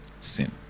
sin